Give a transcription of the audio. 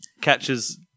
Catches